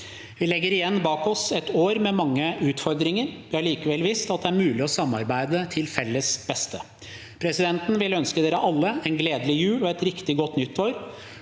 Vi legger igjen bak oss et år med mange utfordringer. Vi har likevel vist at det er mulig å samarbeide til felles beste. Presidenten vil ønske dere alle en gledelig jul og et riktig godt nytt år.